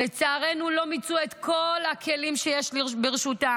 לצערנו לא מיצו את כל הכלים שיש לרשותם.